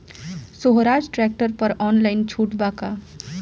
सोहराज tractor पर online छूट बा का?